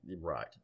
Right